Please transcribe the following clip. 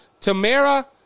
Tamara